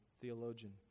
theologian